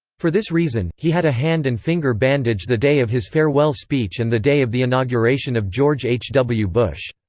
for this reason, he had a hand and finger bandage the day of his farewell speech and the day of the inauguration of george h. w. bush.